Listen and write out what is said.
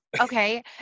Okay